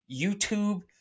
YouTube